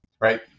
right